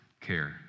care